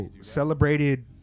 celebrated